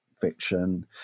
fiction